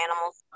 animals